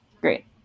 Great